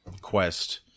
quest